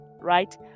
right